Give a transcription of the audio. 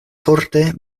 forte